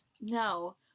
No